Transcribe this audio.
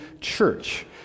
church